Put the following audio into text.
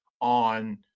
on